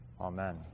Amen